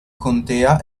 contea